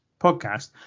podcast